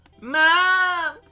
Mom